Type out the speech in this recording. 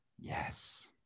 Yes